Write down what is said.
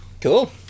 Cool